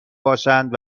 باشند